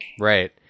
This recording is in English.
Right